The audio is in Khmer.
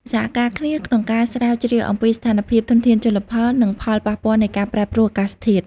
សហការគ្នាក្នុងការស្រាវជ្រាវអំពីស្ថានភាពធនធានជលផល និងផលប៉ះពាល់នៃការប្រែប្រួលអាកាសធាតុ។